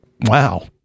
wow